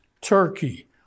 Turkey